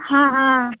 हाँ हाँ